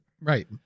Right